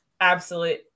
absolute